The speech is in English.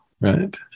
Right